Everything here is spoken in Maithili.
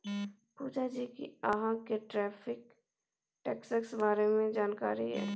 पुजा जी कि अहाँ केँ टैरिफ टैक्सक बारे मे जानकारी यै?